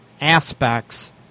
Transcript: aspects